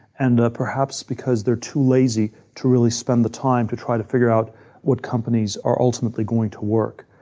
and perhaps because they're too lazy to really spend the time to try to figure out what companies are ultimately going to work.